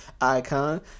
icon